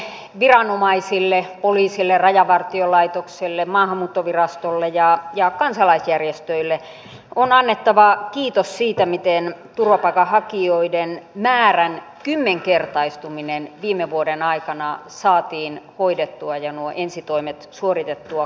suomalaisille viranomaisille poliisille rajavartiolaitokselle maahanmuuttovirastolle ja kansalaisjärjestöille on annettava kiitos siitä miten turvapaikanhakijoiden määrän kymmenkertaistuminen viime vuoden aikana saatiin hoidettua ja nuo ensitoimet suoritettua kunnialla